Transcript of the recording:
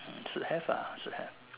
hmm should have ah should have